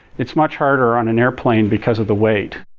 it's much harder on an airplane because of the weight.